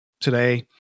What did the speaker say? today